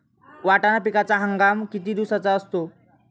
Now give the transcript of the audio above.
वाटाणा पिकाचा हंगाम किती दिवसांचा असतो?